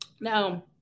Now